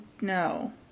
No